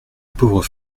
pauvre